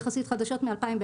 יחסית חדשות מ-2010.